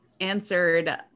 answered